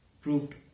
proved